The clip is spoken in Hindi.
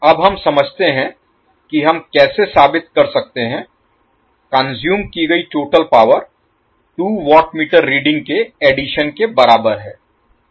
अब हम समझते हैं कि हम कैसे साबित कर सकते हैं कॉनसूएम की गई total power 2 watt meter reading के एडिशन के बराबर है